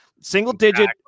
single-digit